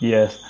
Yes